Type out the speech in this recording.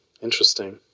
Interesting